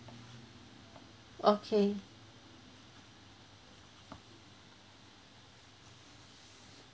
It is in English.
okay